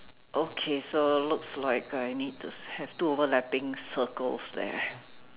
okay so looks like I need to have two overlapping circles there